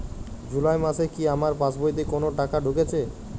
জুলাই মাসে কি আমার পাসবইতে কোনো টাকা ঢুকেছে?